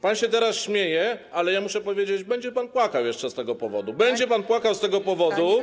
Pan się teraz śmieje, ale ja muszę powiedzieć: będzie pan płakał jeszcze z tego powodu, będzie pan płakał z tego powodu.